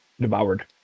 devoured